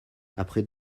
après